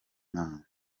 imana